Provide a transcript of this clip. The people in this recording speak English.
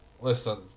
listen